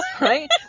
right